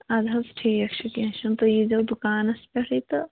آد حظ ٹھیٖک چھُ کیٚنٛہہ چھُنہٕ تُہۍ یی زیو دُکانَس پٮ۪ٹھٕے تہٕ